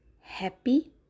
happy